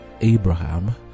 Abraham